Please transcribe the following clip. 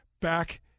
back